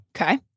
Okay